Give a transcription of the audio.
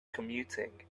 commuting